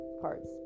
parts